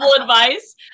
advice